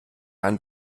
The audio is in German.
ein